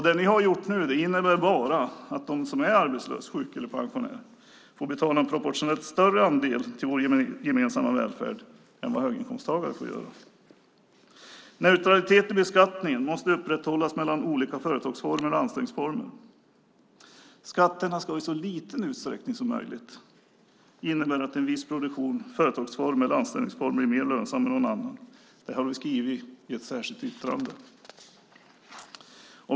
Det ni har gjort innebär bara att de som är arbetslösa, sjuka eller pensionärer får betala en proportionellt större andel till vår gemensamma välfärd än vad höginkomsttagare får göra. Neutralitet i beskattningen måste upprätthållas mellan olika företagsformer och anställningsformer. Skatterna ska i så liten utsträckning som möjligt innebära att en viss produktion, företagsform eller anställningsform blir mer lönsam än någon annan. Det har vi skrivit i ett särskilt yttrande.